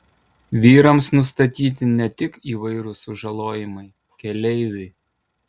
vyrams nustatyti ne tik įvairūs sužalojimai keleiviui